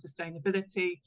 sustainability